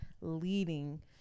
leading